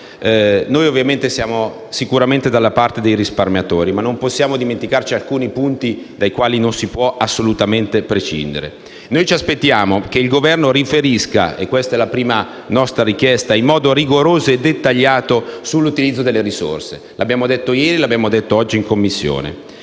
Noi siamo sicuramente dalla parte dei risparmiatori, ma non possiamo dimenticare alcuni punti dai quali non si può assolutamente prescindere. Noi ci aspettiamo che il Governo riferisca - e questa è la nostra prima richiesta - in modo rigoroso e dettagliato sull'utilizzo delle risorse. Lo abbiamo detto ieri e lo abbiamo ripetuto oggi in Commissione: